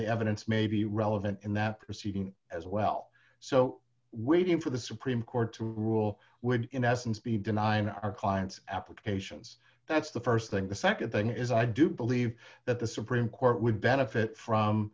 the evidence may be relevant in that proceeding as well so waiting for the supreme court to rule would in essence be denying our client's applications that's the st thing the nd thing is i do believe that the supreme court would benefit from